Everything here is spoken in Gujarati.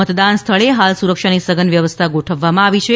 મતદાન સ્થળે હાલ સુરક્ષાની સધન વ્યવસ્થા ગોઠવવામાં આવી છે